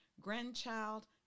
grandchild